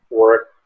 work